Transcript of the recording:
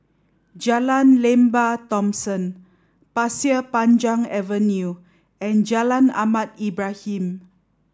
Jalan Lembah Thomson Pasir Panjang Avenue and Jalan Ahmad Ibrahim